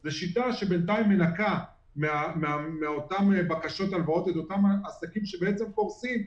זה שיטה שבינתיים מנכה מאותן בקשות הלוואות את אותם עסקים שקורסים,